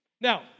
Now